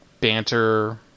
banter